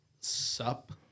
sup